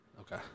okay